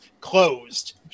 closed